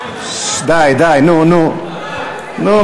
די, די, נו, נו.